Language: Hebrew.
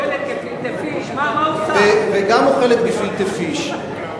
היא אוכלת גפילטע-פיש?